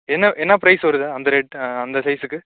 என்ன என்ன ப்ரைஸ் வருது அந்த ரேட்டு அந்த சைஸ்க்கு